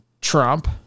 Trump